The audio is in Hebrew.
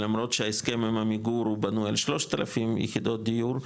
שלמרות שההסכם עם עמיגור הוא בנוי על 3,000 יחידות דיור,